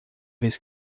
vez